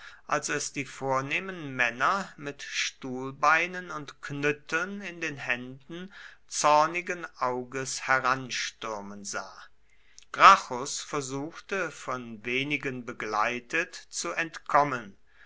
als es die vornehmen männer mit stuhlbeinen und knütteln in den händen zornigen auges heranstürmen sah gracchus versuchte von wenigen begleitet zu entkommen